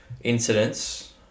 incidents